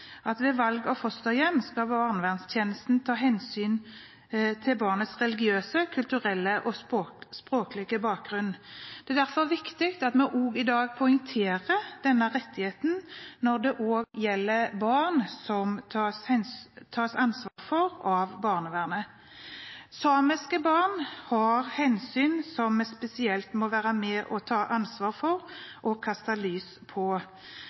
at ved valg av fosterhjem skal barnevernstjenesten ta hensyn til barnets religiøse, kulturelle og språklige bakgrunn. Det er derfor viktig at vi i dag poengterer denne rettigheten når det også gjelder barn som tas ansvar for av barnevernet. Når det gjelder samiske barn, er det her hensyn som vi spesielt må være med og ta ansvar for og kaste lys på,